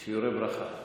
ברכה.